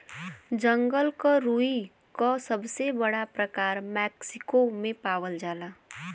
जंगल क रुई क सबसे बड़ा प्रकार मैक्सिको में पावल जाला